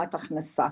להשלמת הכנסה.